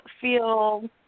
feel